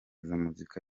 muzika